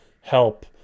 help